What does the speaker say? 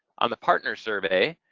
on the partner survey,